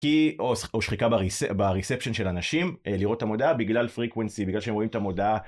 כי או שחיקה בריספשן של אנשים לראות את המודעה בגלל frequency, בגלל שהם רואים את המודעה